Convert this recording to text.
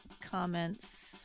comments